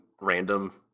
random